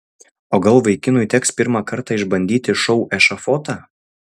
o gal vaikinui teks pirmą kartą išbandyti šou ešafotą